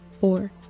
four